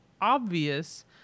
obvious